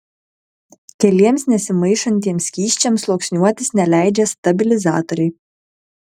keliems nesimaišantiems skysčiams sluoksniuotis neleidžia stabilizatoriai